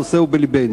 הנושא הוא בלבנו.